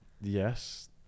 Yes